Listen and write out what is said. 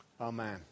Amen